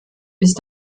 ist